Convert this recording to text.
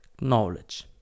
knowledge